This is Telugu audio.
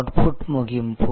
అవుట్పుట్ ముగింపు